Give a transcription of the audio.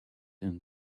and